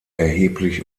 erheblich